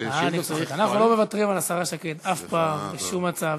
אנחנו לא מוותרים על השרה שקד אף פעם, בשום מצב.